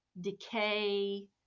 decay